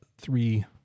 Three